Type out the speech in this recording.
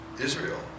Israel